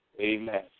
Amen